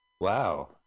Wow